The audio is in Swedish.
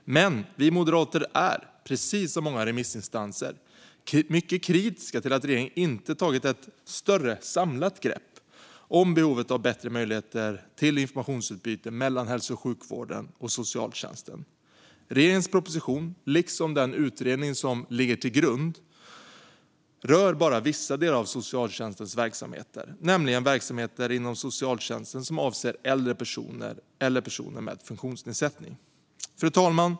Men vi moderater är, precis som många remissinstanser, mycket kritiska till att regeringen inte tagit ett större samlat grepp om behovet av bättre möjligheter till informationsutbyte mellan hälso och sjukvården och socialtjänsten. Regeringens proposition, liksom den utredning som ligger till grund för den, rör bara vissa delar av socialtjänstens verksamheter, nämligen verksamheter inom socialtjänsten som avser äldre personer eller personer med funktionsnedsättning. Fru talman!